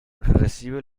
recibe